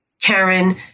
Karen